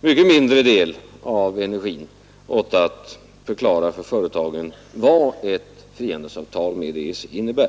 mycket mindre del av sin energi åt att förklara för företagen vad ett frihandelsavtal med EEC innebär.